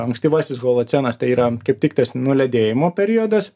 ankstyvasis holocenas tai yra kaip tik tas nuledėjimo periodas